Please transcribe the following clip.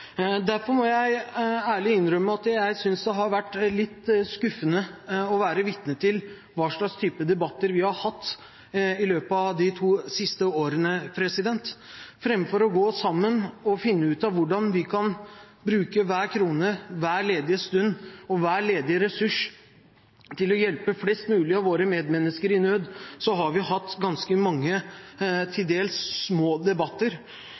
Derfor må jeg ærlig innrømme at jeg synes det har vært litt skuffende å være vitne til hva slags type debatter vi har hatt i løpet av de to siste årene. Framfor å gå sammen og finne ut av hvordan vi kan bruke hver krone, hver ledige stund og hver ledige ressurs til å hjelpe flest mulig av våre medmennesker i nød, har vi hatt ganske mange til dels små debatter